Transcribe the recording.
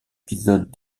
épisodes